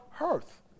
earth